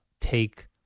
take